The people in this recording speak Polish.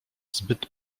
zbyt